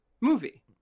movie